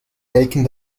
making